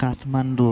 Kathmandu